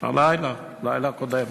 הלילה, הלילה הקודם.